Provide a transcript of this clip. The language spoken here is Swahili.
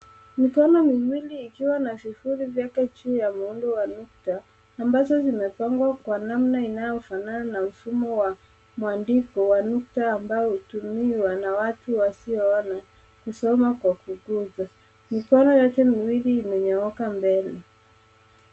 Mikono miwili ikiwa na vifuli vyake juu ya muundo wa nukta ambazo zimepangwa kwa nanna inayofanana na mfumo wa mwandiko wa nukta ambao hutumiwa na watu wasioona kusoma kwa kuguza. Mifano yake miwili imenyooka mbele.